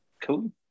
cool